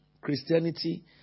Christianity